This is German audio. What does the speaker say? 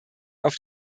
auf